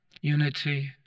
Unity